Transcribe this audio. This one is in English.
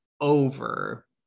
over